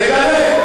תגנה.